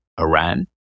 Iran